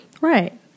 Right